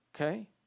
Okay